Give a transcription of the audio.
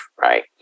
right